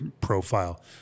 profile